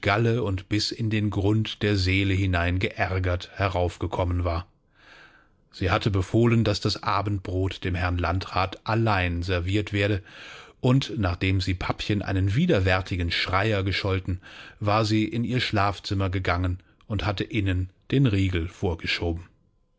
und bis in den grund der seele hinein geärgert heraufgekommen war sie hatte befohlen daß das abendbrot dem herrn landrat allein serviert werde und nachdem sie papchen einen widerwärtigen schreier gescholten war sie in ihr schlafzimmer gegangen und hatte innen den riegel vorgeschoben